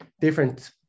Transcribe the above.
different